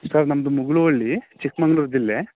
sir ನಮ್ಮದು ಮುಗುಳುವಳ್ಳಿ ಚಿಕ್ಮಗ್ಳೂರು ಜಿಲ್ಲೆ